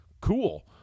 Cool